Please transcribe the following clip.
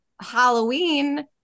halloween